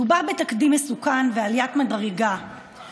מדובר בתקדים מסוכן ועליית מדרגה,